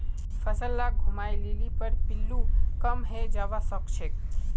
फसल लाक घूमाय लिले पर पिल्लू कम हैं जबा सखछेक